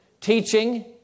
Teaching